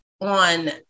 on